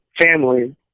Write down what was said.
family